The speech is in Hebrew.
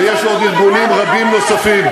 ויש עוד ארגונים רבים נוספים.